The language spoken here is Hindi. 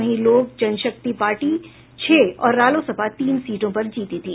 वहीं लोक जनशक्ति पार्टी छह और रालोसपा तीन सीटों पर जीती थी